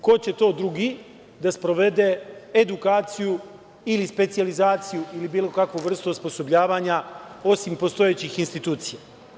Ko će to drugi da sprovede edukaciju ili specijalizaciju ili bilo kakvu vrstu osposobljavanja osim postojećih institucija?